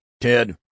ted